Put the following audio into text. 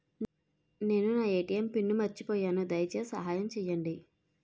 నేను నా ATM PIN మర్చిపోయాను, దయచేసి సహాయం చేయండి